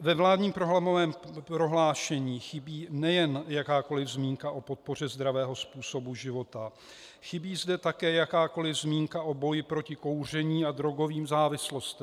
Ve vládním programovém prohlášení chybí nejen jakákoliv zmínka o podpoře zdravého způsobu života, chybí zde také jakákoliv zmínka o boji proti kouření a drogovým závislostem.